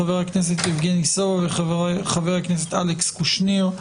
חבר הכנסת יבגני סובה וחבר הכנסת אלכס קושניר.